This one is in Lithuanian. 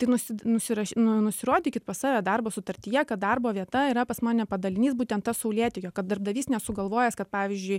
tai nusid nusirašyt nu nusirodykit pas save darbo sutartyje kad darbo vieta yra pas mane padalinys būtent tas saulėtekio kad darbdavys nesugalvojęs kad pavyzdžiui